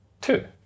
Two